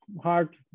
hard